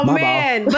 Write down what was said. man